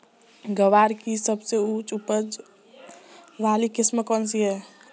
ग्वार की सबसे उच्च उपज वाली किस्म कौनसी है?